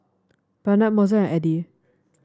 Barnett Mozell and Eddy